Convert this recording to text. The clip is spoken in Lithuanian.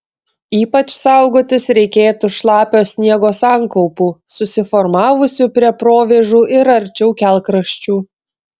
ypač saugotis reikėtų šlapio sniego sankaupų susiformavusių prie provėžų ir arčiau kelkraščių